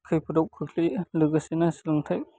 खैफोदाव खोख्लैयो लोगोसेनो सोलोंथाइ